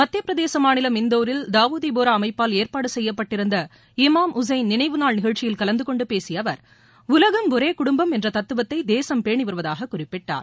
மத்தியப்பிரதேச மாநிலம் இந்தூரில் தாவூதி போரா அமைப்பால் ஏற்பாடு செய்யப்பட்டிருந்த இமாம் உசைன் நினைவு நாள் நிகழ்ச்சியில் கலந்துகொண்டு பேசிய அவர் உலகம் ஒரே குடும்பம் என்ற தத்துவத்தை தேசம் பேணிவருவதாக குறிப்பிட்டார்